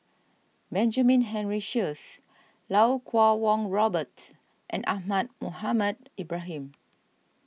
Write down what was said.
Benjamin Henry Sheares Lau Kuo Kwong Robert and Ahmad Mohamed Ibrahim